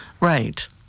Right